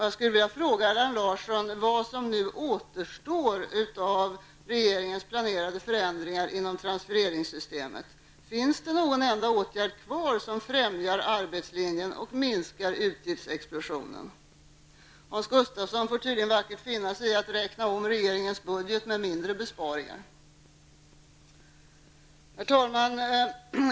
Jag vill fråga Allan Larsson vad som nu återstår av regeringens planerade förändringar inom transfereringssystemet -- finns det någon enda åtgärd kvar som främjar arbetslinjen och minskar utgiftsexplosionen? Hans Gustafsson får tydligen vackert finna sig i att räkna om regeringens budget med mindre besparingar. Herr talman!